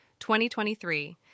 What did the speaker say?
2023